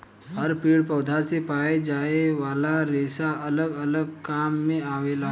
हर पेड़ पौधन से पाए जाये वाला रेसा अलग अलग काम मे आवेला